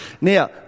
Now